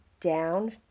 down